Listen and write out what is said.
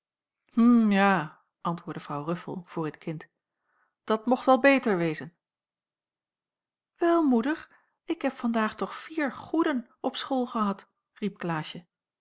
ja antwoordde vrouw ruffel voor het kind dat mocht wel beter wezen wel moeder ik heb vandaag toch vier goeden op school gehad riep klaasje